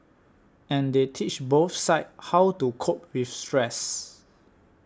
and they teach both sides how to cope with stress